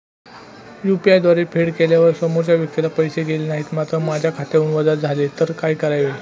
UPI द्वारे फेड केल्यावर समोरच्या व्यक्तीला पैसे गेले नाहीत मात्र माझ्या खात्यावरून वजा झाले तर काय करावे?